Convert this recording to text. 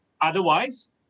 Otherwise